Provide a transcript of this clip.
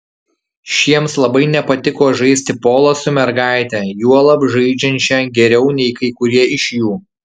šiems labai nepatiko žaisti polą su mergaite juolab žaidžiančia geriau nei kai kurie iš jų